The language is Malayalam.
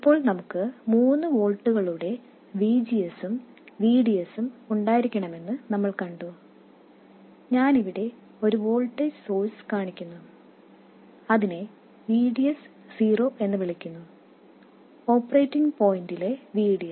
ഇപ്പോൾ നമുക്ക് 3 വോൾട്ടുകളുടെ VGS ഉം VDS ഉം ഉണ്ടായിരിക്കണമെന്ന് നമ്മൾ കണ്ടു ഞാൻ ഇവിടെ ഒരു വോൾട്ടേജ് സോഴ്സ് കാണിക്കുന്നു അതിനെ VDS0 എന്ന് വിളിക്കുന്നു ഓപ്പറേറ്റിംഗ് പോയിന്റിലെ VDS